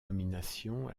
nomination